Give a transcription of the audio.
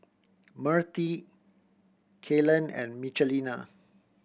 Myrtie Kaylen and Michelina